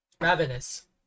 Ravenous